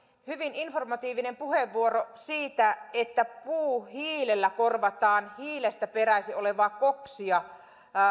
hyvin informatiivinen puheenvuoro siitä että puuhiilellä korvataan hiilestä peräisin olevaa koksia